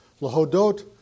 lahodot